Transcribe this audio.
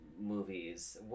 movies